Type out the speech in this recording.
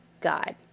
God